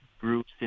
groups